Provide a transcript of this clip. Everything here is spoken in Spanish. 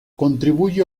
contribuye